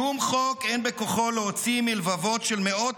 שום חוק אין בכוחו להוציא מלבבות של מאות